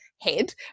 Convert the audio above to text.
head